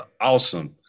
awesome